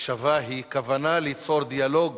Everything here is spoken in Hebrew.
הקשבה היא כוונה ליצור דיאלוג